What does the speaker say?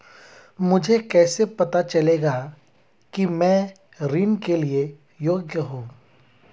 मुझे कैसे पता चलेगा कि मैं ऋण के लिए योग्य हूँ?